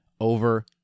over